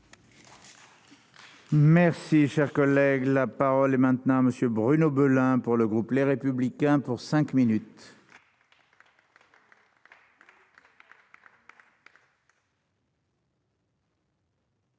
Merci, cher collègue, la parole est maintenant à monsieur Bruno Belin pour le groupe Les Républicains pour 5 minutes.